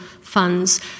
funds